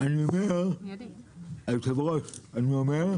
מתי התקנה נכנסת לתוקף?) היושב-ראש, אני אומר: